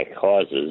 causes